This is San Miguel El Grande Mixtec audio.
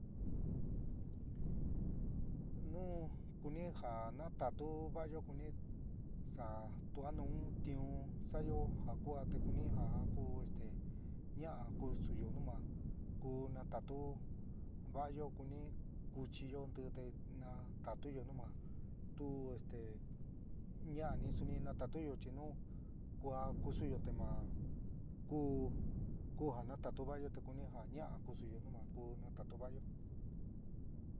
Nu kuni ja natatu va'ayo, kuni ja tuá nu tiun sa'ayo ja kúaa te kuni ja a ku este ñaa kusuyo, nu ma ku natatu va'ayo, kuni kuchiyo nti te natatuyó nu ma tu esté ña'ani suni natatuyo, chi nu kuaá kusuyó te ma ku ku ja natatuo va'ayo te kuni ja ña'a kúsuyo nu ma kúú natatu va'ayo.